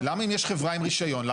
למה אם יש חברה עם רישיון,